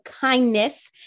kindness